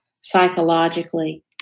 psychologically